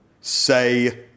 say